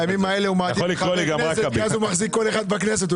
בימים אלה הוא מעדיף להיות חבר כנסת כי הוא אחד מ-60.